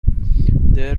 there